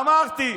אמרתי,